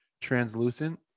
translucent